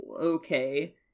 okay